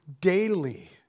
daily